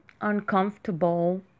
uncomfortable